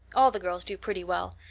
all the girls do pretty well.